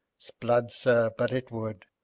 sblood sir! but it wou'd.